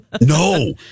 No